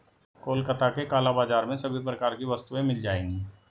कोलकाता के काला बाजार में सभी प्रकार की वस्तुएं मिल जाएगी